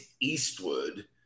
Eastwood